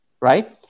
right